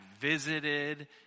visited